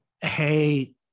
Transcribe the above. hey